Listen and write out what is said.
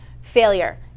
Failure